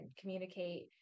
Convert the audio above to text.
communicate